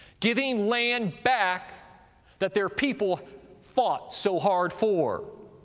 giving land back that their people fought so hard for,